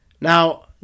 Now